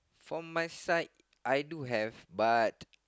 from my side I do have but